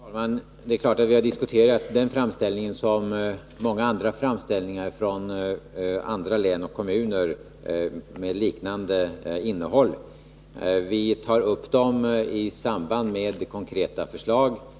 Fru talman! Det är klart att vi har diskuterat den framställningen liksom många andra framställningar med liknande innehåll från andra län och kommuner. Vi tar upp dem i samband med konkreta förslag.